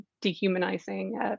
dehumanizing